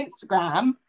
Instagram